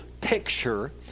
picture